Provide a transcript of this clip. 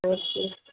बस